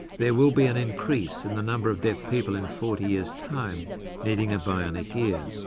there will be an increase in the number of deaf people in forty years' time needing a bionic ear.